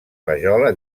rajola